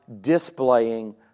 displaying